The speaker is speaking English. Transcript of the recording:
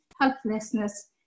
helplessness